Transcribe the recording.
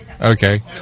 okay